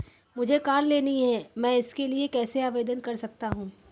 मुझे कार लेनी है मैं इसके लिए कैसे आवेदन कर सकता हूँ?